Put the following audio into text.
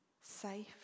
safe